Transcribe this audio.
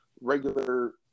regular